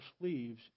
sleeves